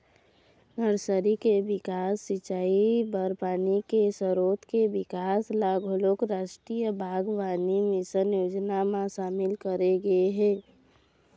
nursery के बिकास, सिंचई बर पानी के सरोत के बिकास ल घलोक रास्टीय बागबानी मिसन योजना म सामिल करे गे हे